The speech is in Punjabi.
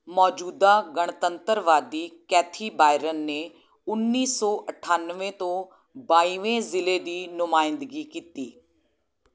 ਮੌਜੂਦਾ ਗਣਤੰਤਰਵਾਦੀ ਕੈਥੀ ਬਾਇਰਨ ਨੇ ਉੱਨੀ ਸੌ ਅਠਾਨਵੇਂ ਤੋਂ ਬਾਈਵੇਂ ਜ਼ਿਲ੍ਹੇ ਦੀ ਨੁਮਾਇੰਦਗੀ ਕੀਤੀ